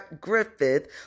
Griffith